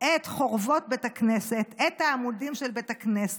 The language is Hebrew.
את חורבות בית הכנסת, את העמודים של בית הכנסת,